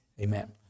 Amen